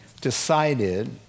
decided